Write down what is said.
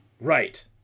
Right